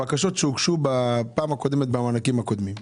הבקשות שהוגשו במענקים בפעם הקודמת,